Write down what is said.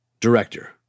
Director